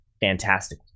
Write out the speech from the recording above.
Fantastic